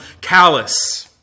callous